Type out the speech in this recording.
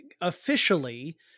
Officially